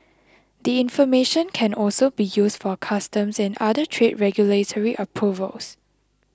the information can also be used for customs and other trade regulatory approvals